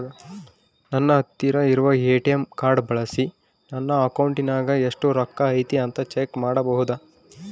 ನನ್ನ ಹತ್ತಿರ ಇರುವ ಎ.ಟಿ.ಎಂ ಕಾರ್ಡ್ ಬಳಿಸಿ ನನ್ನ ಅಕೌಂಟಿನಾಗ ಎಷ್ಟು ರೊಕ್ಕ ಐತಿ ಅಂತಾ ಚೆಕ್ ಮಾಡಬಹುದಾ?